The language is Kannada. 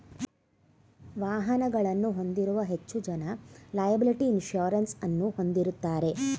ವಾಹನಗಳನ್ನು ಹೊಂದಿರುವ ಹೆಚ್ಚು ಜನ ಲೆಯಬಲಿಟಿ ಇನ್ಸೂರೆನ್ಸ್ ಅನ್ನು ಹೊಂದಿರುತ್ತಾರೆ